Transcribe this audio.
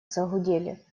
загудели